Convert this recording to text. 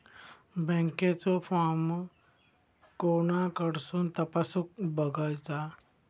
बँकेचो फार्म कोणाकडसून तपासूच बगायचा?